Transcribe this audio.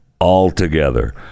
altogether